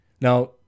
Now